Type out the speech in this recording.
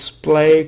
display